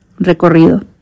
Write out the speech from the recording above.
Recorrido